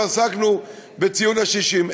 ועסקנו בציון ה-60.